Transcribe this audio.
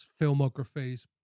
filmographies